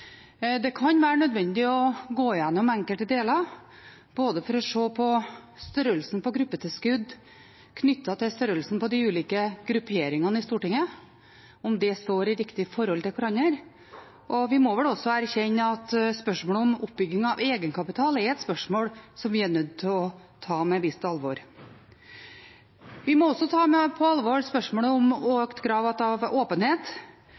Det kan være nødvendig å gå igjennom enkelte deler for å se på om størrelsen på gruppetilskudd knyttet til størrelsen på de ulike grupperingene i Stortinget står i riktig forhold til hverandre. Vi må vel også erkjenne at spørsmålet om oppbygging av egenkapital er et spørsmål som vi er nødt til å ta på et visst alvor. Vi må også ta på alvor spørsmålet om krav til åpenhet.